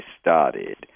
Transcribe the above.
started